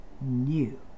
new